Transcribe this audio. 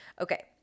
Okay